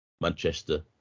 Manchester